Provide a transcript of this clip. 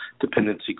dependency